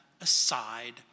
aside